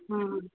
हां